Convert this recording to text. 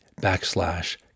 backslash